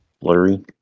blurry